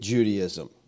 Judaism